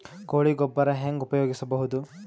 ಕೊಳಿ ಗೊಬ್ಬರ ಹೆಂಗ್ ಉಪಯೋಗಸಬಹುದು?